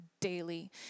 daily